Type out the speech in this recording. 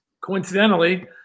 Coincidentally